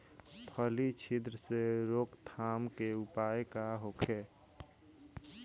फली छिद्र से रोकथाम के उपाय का होखे?